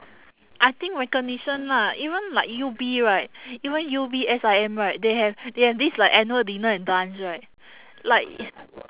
I think recognition lah even like U_B right even U_B S_I_M right they have they have this like annual dinner and dance right like